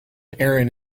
aaron